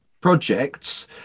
projects